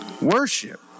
Worship